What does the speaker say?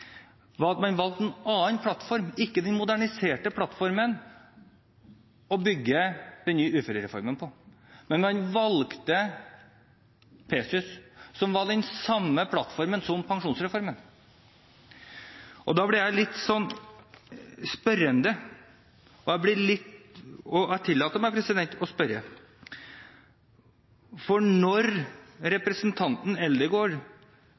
var at man, gjennom den replanleggingen, valgte en annen plattform – ikke den moderniserte plattformen – å bygge den nye uførereformen på. Man valgte PESYS, som var den samme plattformen som for pensjonsreformen. Da blir jeg litt spørrende, og jeg tillater meg å spørre. Representanten Eldegard